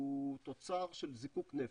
הוא תוצר של זיקוק נפט.